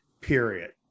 period